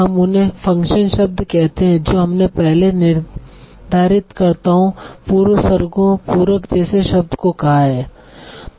हम उन्हें फ़ंक्शन शब्द कहते हैं जो हमने पहले निर्धारितकर्ताओं पूर्वसर्गों पूरक जैसे शब्द को कहा है